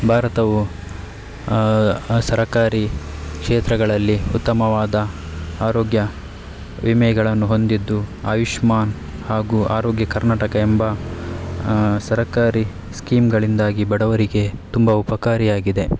ಭಾರತವು ಸರಕಾರಿ ಕ್ಷೇತ್ರಗಳಲ್ಲಿ ಉತ್ತಮವಾದ ಆರೋಗ್ಯ ವಿಮೆಗಳನ್ನು ಹೊಂದಿದ್ದು ಆಯುಷ್ಮಾನ್ ಹಾಗು ಆರೋಗ್ಯ ಕರ್ನಾಟಕ ಎಂಬ ಸರಕಾರಿ ಸ್ಕೀಮ್ಗಳಿಂದಾಗಿ ಬಡವರಿಗೆ ತುಂಬ ಉಪಕಾರಿಯಾಗಿದೆ